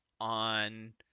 on